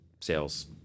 sales